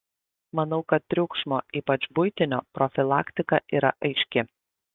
manau kad triukšmo ypač buitinio profilaktika yra aiški